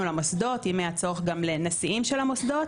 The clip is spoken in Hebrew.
למוסדות ואם היה צורך גם לנשיאים של מוסדות,